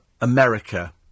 America